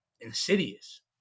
Insidious